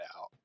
out